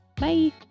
bye